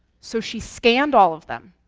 so she scanned all of them,